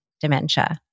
dementia